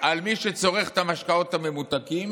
על מי שצורך את המשקאות הממותקים